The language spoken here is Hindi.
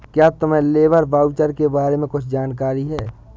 क्या तुम्हें लेबर वाउचर के बारे में कुछ जानकारी है?